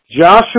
Joshua